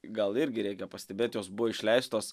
gal irgi reikia pastebėt jos buvo išleistos